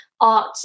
art